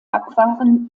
backwaren